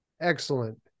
Excellent